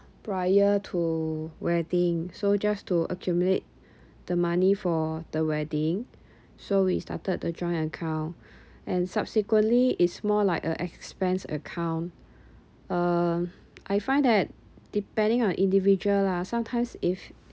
prior to wedding so just to accumulate the money for the wedding so we started the joint account and subsequently is more like a expense account uh I find that depending on individual lah sometimes if